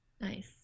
Nice